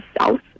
south